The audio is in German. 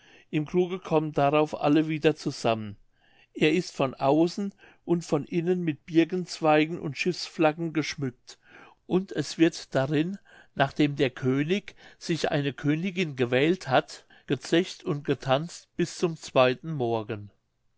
im kruge kommt darauf alles wieder zusammen er ist von außen und von innen mit birkenzweigen und schiffsflaggen geschmückt und es wird darin nachdem der könig sich eine königin gewählt hat gezecht und getanzt bis zum zweiten morgen